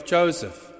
Joseph